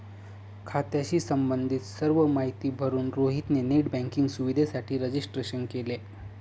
खात्याशी संबंधित सर्व माहिती भरून रोहित ने नेट बँकिंग सुविधेसाठी रजिस्ट्रेशन केले